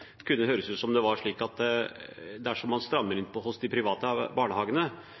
kunne høres ut, av statsrådens innledende del av svaret, som det var slik at dersom man strammer inn på de private barnehagene,